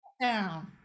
down